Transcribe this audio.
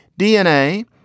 DNA